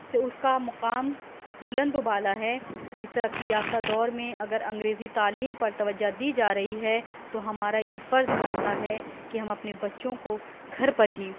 سے اس کا مقام بلند و بالا ہے اس ترقی یافتہ دور میں اگر انگریزی تعلیم پر توجہ دی جا رہی ہے تو ہمارا یہ فرض بنتا ہے کہ ہم اپنے بچوں کو گھر پر ہی